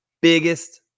biggest